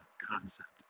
concept